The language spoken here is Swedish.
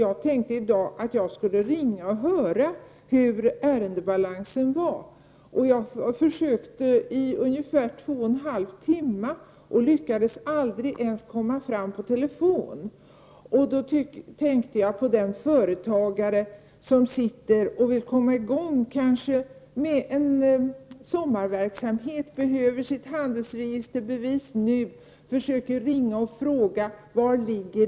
Jag tänkte i dag att jag skulle ringa och höra hur ärendebalansen var. Jag försökte i ungefär två och en halv timme, men jag lyckades aldrig ens komma fram på telefon. Då tänkte jag på den företagare som kanske vill komma i gång med en sommarverksamhet, behöver sitt handelsregisterbevis nu och försöker ringa och fråga var det ligger.